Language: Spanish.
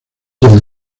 del